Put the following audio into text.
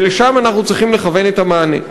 "ולשם אנחנו צריכים לכוון את המענה".